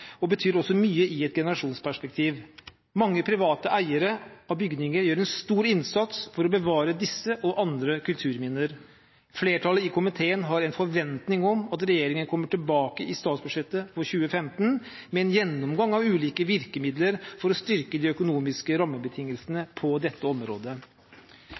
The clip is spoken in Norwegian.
og betyr også mye i et generasjonsperspektiv. Mange private eiere av bygninger gjør en stor innsats for å bevare disse og andre kulturminner. Flertallet i komiteen har en forventning om at regjeringen kommer tilbake i statsbudsjettet for 2015 med en gjennomgang av ulike virkemidler for å styrke de økonomiske rammebetingelsene på dette området.